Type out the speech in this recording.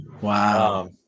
Wow